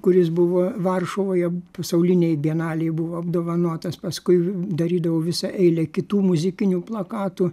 kuris buvo varšuvoje pasaulinėj bienalėj buvo apdovanotas paskui darydavau visą eilę kitų muzikinių plakatų